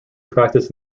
practiced